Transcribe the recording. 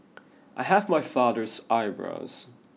I have my father's eyebrows